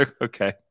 Okay